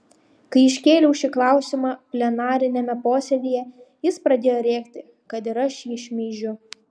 kai iškėliau šį klausimą plenariniame posėdyje jis pradėjo rėkti kad ir aš jį šmeižiu